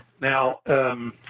Now